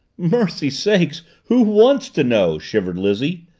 mercy sakes, who wants to know? shivered lizzie.